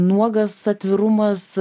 nuogas atvirumas